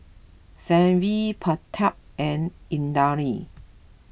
Sanjeev Pratap and Indranee